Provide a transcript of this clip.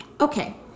okay